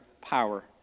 power